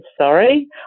sorry